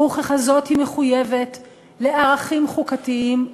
וככזאת היא מחויבת לערכים חוקתיים,